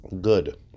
good